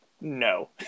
No